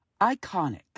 iconic